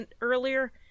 earlier